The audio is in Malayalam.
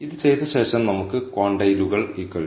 ഇത് ചെയ്ത ശേഷം നമുക്ക് ക്വാണ്ടൈലുകൾ 2